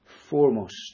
foremost